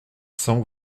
cent